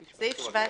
הגדרות.